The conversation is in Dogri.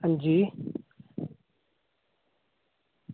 अंजी